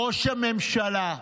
ראש הממשלה,